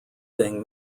thing